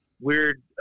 weird